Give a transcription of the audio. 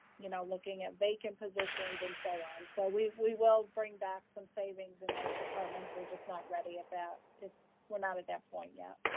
you know, looking at vacant positions and so on. so we we will bring back some savings in those departments. we're just not ready at that. if we're not at that point yet.